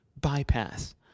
bypass